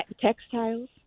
textiles